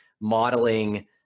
modeling